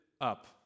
up